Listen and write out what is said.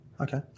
Okay